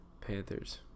Panthers